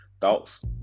thoughts